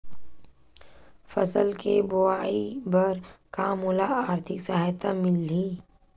फसल के बोआई बर का मोला आर्थिक सहायता मिलही?